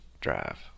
drive